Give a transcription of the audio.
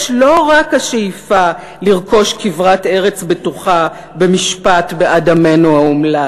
יש לא רק השאיפה לרכוש כברת ארץ בטוחה במשפט בעד עמנו האומלל,